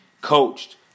coached